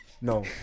No